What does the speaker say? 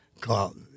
called